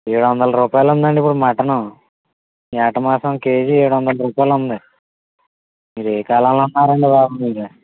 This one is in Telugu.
ఏడు వందలు రూపాయలు ఉందండి బాబు మటను యాట మాంసం కేజీ ఏడు వందలు రూపాయలుంది మీరు ఏ కాలంలో ఉంటున్నారండి బాబు మీరు